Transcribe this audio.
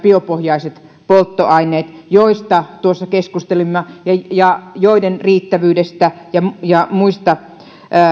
biopohjaiset polttoaineet joista tuossa keskustelimme ja joiden riittävyydestä ja ja muista